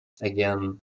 again